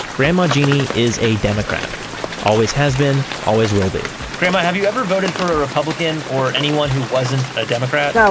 grandma jeanie is a democrat always has been, always will be grandma. have you ever voted for a republican or anyone who wasn't a democrat?